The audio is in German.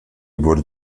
wurde